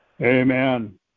Amen